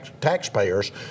taxpayers